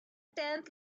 tent